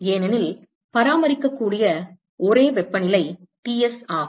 ஏனெனில் பராமரிக்கக்கூடிய ஒரே வெப்பநிலை Ts ஆகும்